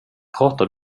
pratar